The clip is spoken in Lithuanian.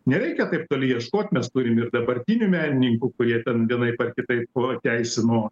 nereikia taip toli ieškot mes turim ir dabartinių menininkų kurie ten vienaip ar kitaip kuo teisino